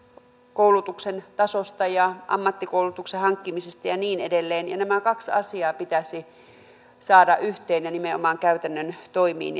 koulutuksen tasosta ja ammattikoulutuksen hankkimisesta ja ja niin edelleen ja nämä kaksi asiaa pitäisi saada yhteen ja nimenomaan käytännön toimiin